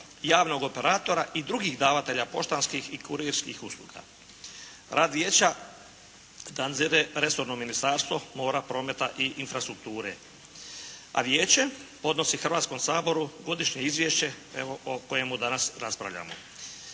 javnog operatora i drugih davatelja poštanskih i kurirskih usluga. Rad Vijeća … /Govornik se ne razumije./ … resorno Ministarstvo mora, prometa i infrastrukture, a Vijeće podnosi Hrvatskom saboru godišnje izvješće evo o kojemu danas raspravljamo.